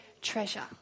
treasure